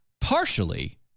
partially